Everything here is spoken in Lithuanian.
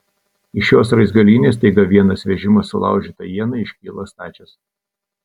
iš šios raizgalynės staiga vienas vežimas sulaužyta iena iškyla stačias